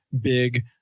big